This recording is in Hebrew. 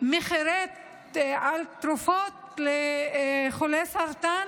מחירי תרופות לחולי סרטן,